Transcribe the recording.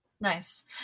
Nice